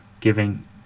giving